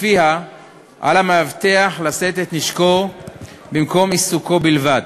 שלפיה על המאבטח לשאת את נשקו במקום עיסוקו בלבד.